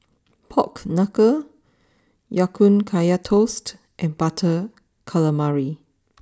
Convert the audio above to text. Pork Knuckle Ya Kun Kaya Toast and Butter Calamari